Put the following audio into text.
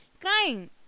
Crying